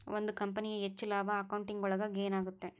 ಒಂದ್ ಕಂಪನಿಯ ಹೆಚ್ಚು ಲಾಭ ಅಕೌಂಟಿಂಗ್ ಒಳಗ ಗೇನ್ ಆಗುತ್ತೆ